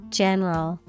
general